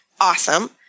awesome